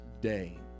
day